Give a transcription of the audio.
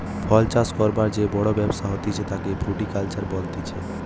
ফল চাষ করবার যে বড় ব্যবসা হতিছে তাকে ফ্রুটিকালচার বলতিছে